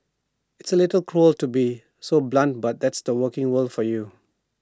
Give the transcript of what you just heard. it's A little cruel to be so blunt but that's the working world for you